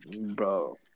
bro